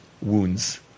wounds